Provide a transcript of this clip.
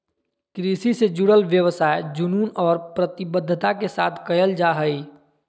कृषि से जुडल व्यवसाय जुनून और प्रतिबद्धता के साथ कयल जा हइ